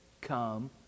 come